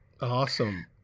Awesome